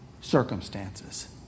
circumstances